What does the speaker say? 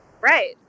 Right